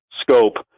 Scope